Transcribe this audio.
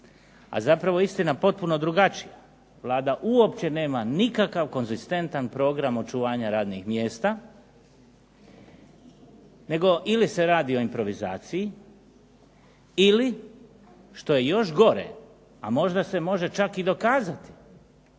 a zapravo je istina potpuno drugačija. Vlada uopće nema nikakav konzistentan program očuvanja radnih mjesta, nego ili se radi o improvizaciji ili što je još gore, a možda se može čak i dokazati